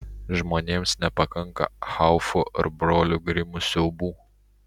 žmonėms nepakanka haufo ar brolių grimų siaubų